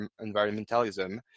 environmentalism